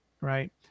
Right